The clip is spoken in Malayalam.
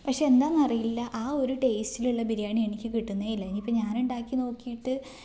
പക്ഷേ എന്താന്നറിയില്ല ആ ഒരു ടേസ്റ്റിലുള്ള ബിരിയാണി എനിക്ക് കിട്ടുന്നേ ഇല്ല ഇനിയിപ്പോൾ ഞാൻ ഉണ്ടാക്കി നോക്കീട്ട്